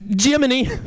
Jiminy